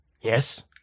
Yes